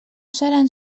seran